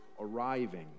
arriving